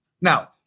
Now